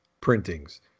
printings